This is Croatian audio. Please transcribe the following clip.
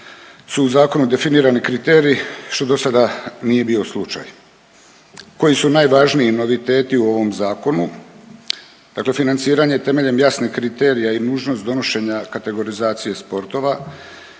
su u zakonu definirani kriteriji što do sada nije bio slučaj. Koji su najvažniji noviteti u ovom zakonu? Dakle financiranje temeljem jasnih kriterija i nužnost donošenja kategorizacije sportova.